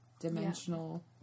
dimensional